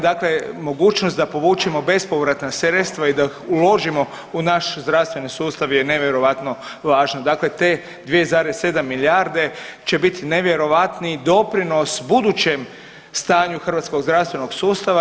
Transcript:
Dakle, mogućnost da povučemo bespovratna sredstva i da uložimo u naš zdravstveni sustav je nevjerojatno važno, dakle te 2,7 milijarde će biti nevjerojatni doprinos budućem stanju hrvatskog zdravstvenog sustava.